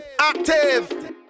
Active